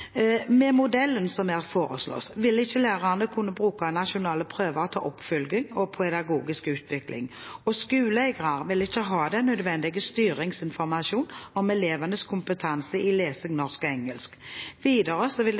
Med modellen som her foreslås, vil ikke lærere kunne bruke nasjonale prøver til oppfølging og pedagogisk utvikling, og skoleeiere vil ikke ha den nødvendige styringsinformasjon om elevenes kompetanse i lesing, norsk og engelsk. Videre vil det